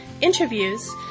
interviews